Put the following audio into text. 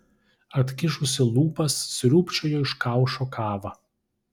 atkišusi lūpas sriūbčiojo iš kaušo kavą